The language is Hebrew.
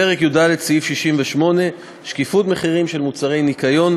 פרק י"ד סעיף 68 (שקיפות מחירים של מוצרי ניקיון,